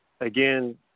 again